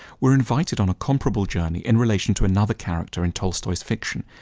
we are invited on a comparable journey in relation to another character in tolstoy's fiction,